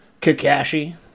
Kakashi